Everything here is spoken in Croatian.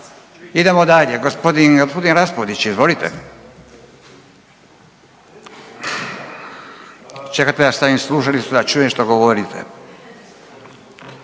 gospodin, gospodin Raspudić. Izvolite. Čekajte da stavim slušalicu da čujem što govorite.